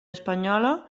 espanyola